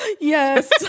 Yes